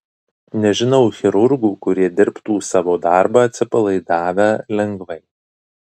nežinau chirurgų kurie dirbtų savo darbą atsipalaidavę lengvai